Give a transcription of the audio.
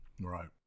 Right